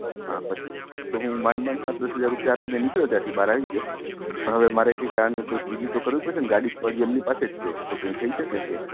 okay પછી પછી તો હુ માંડ માંડ પાંચ દસ હજાર રૂપિયા આપીને નીકળ્યો ત્યાંથી બહાર આવી ગયો પણ હવે મારે કંઈક આના ઉપર વિધિ તો કરવી પડશેને ગાડી તો હજી એમની પાસે જ છે તો કંઈક થઈ શકે છે